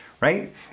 right